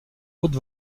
haute